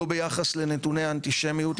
לא ביחס לנתוני האנטישמיות,